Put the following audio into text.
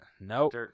Nope